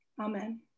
Amen